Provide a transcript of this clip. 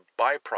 byproduct